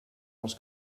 els